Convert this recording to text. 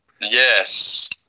Yes